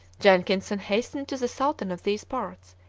jenkinson hastened to the sultan of these parts,